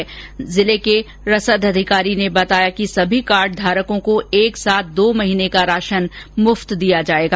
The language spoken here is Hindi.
हनुमानगढ के जिला रसद अधिकारी ने बताया कि सभी कार्ड धारकों को एक साथ दो माह का राशन मुफ़त दिया जाएगा